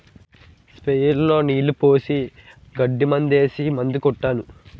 sprayer లో నీళ్లు పోసి గడ్డి మందేసి మందు కొట్టాను